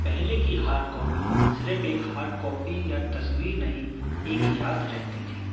पहले की hard copy सिर्फ एक हार्ड कॉपी या तस्वीर नहीं एक याद रहती थी